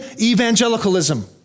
evangelicalism